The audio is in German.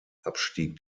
abstieg